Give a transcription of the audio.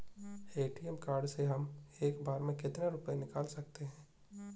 ATM card से हम एक बार में कितने रुपये निकाल सकते हैं?